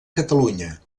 catalunya